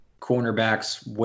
cornerbacks